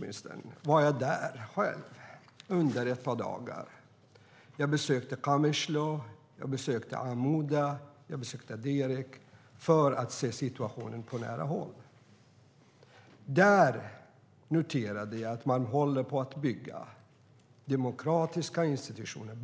sedan var jag där själv under ett par dagar. Jag besökte Qamishlo, Amuda och Derek för att se situationen på nära håll. Där noterade jag att man håller på att bygga demokratiska institutioner.